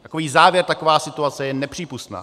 Takový závěr, taková situace je nepřípustná.